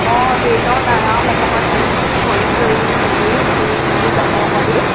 অঁ ট্ৰেইনত আৰাম অকণমান ভৰি চৰি মেলি শুই মেলি যাব পাৰি